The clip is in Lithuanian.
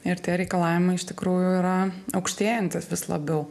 ir tie reikalavimai iš tikrųjų yra aukštėjantys vis labiau